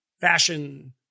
fashion